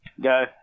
Go